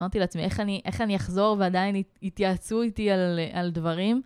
אמרתי לעצמי, איך אני, איך אני אחזור ועדיין יתייעצו איתי על, על דברים?